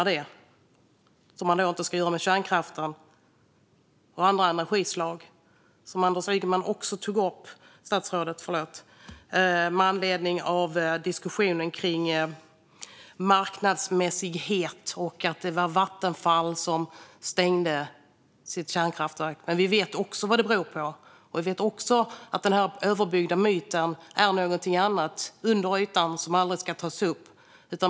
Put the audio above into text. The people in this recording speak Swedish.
Just subventioner ska ju inte få gälla kärnkraft eller andra energislag, vilket statsrådet tog upp i diskussionen apropå marknadsmässighet och att det var Vattenfall som självt stängde sitt kärnkraftverk. Vi vet vad det här berodde på. Vi vet också att under ytan av den här myten finns något annat som aldrig ska tas upp.